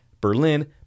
Berlin